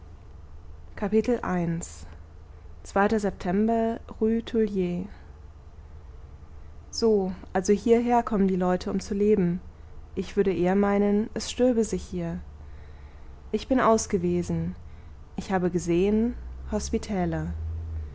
so also hierher kommen die leute um zu leben ich würde eher meinen es stürbe sich hier ich bin ausgewesen ich habe gesehen hospitäler